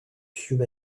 cube